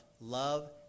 Love